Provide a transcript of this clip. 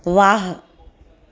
वाह